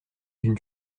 d’une